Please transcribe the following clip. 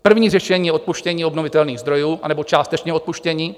První řešení je odpuštění obnovitelných zdrojů, anebo částečné opuštění.